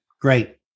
Great